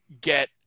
get